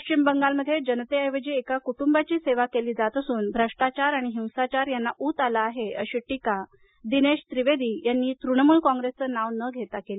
पश्चिम बंगालमध्ये जनतेऐवजी एका कुटुंबाची सेवा केली जात असून भ्रष्टाचार आणि हिंसाचार यांना ऊत आला आहे अशी टीका दिनेश त्रिवेदी यांनी तृणमूल कॉप्रेसचं नाव न घेता केली